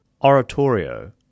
Oratorio